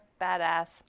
badass